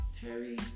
Terry